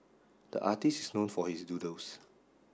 the artists is known for his doodles